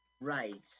Right